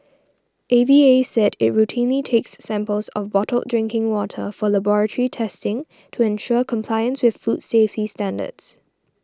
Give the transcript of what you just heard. A V A said it routinely takes samples of bottled drinking water for laboratory testing to ensure compliance with food safety standards